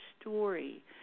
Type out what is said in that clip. story